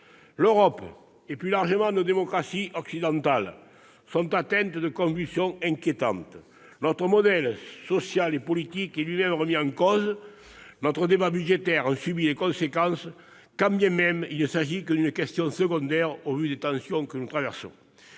L'Europe et, plus largement, nos démocraties occidentales sont atteintes de convulsions inquiétantes. Notre modèle politique et social est lui-même remis en cause. Notre débat budgétaire en subit les conséquences, quand bien même il ne s'agit que d'une question secondaire au vu des tensions que nous traversons.